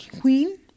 queen